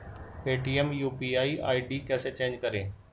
Paytm UPI ID कैसे change करें?